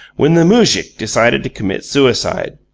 when the moujik decided to commit suicide.